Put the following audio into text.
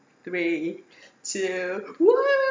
three two one